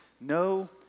No